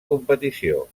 competició